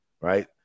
Right